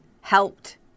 helped